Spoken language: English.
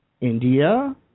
India